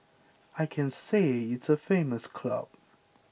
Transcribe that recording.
I can say it's a famous club